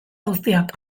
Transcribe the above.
guztiak